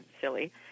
silly